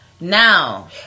Now